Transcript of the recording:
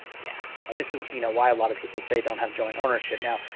yeah, and this is, you know, why a lot of people say don't have joint ownership now,